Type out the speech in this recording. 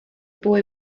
boy